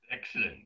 excellent